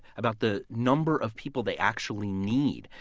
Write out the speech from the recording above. about the number of people they actually need.